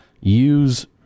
use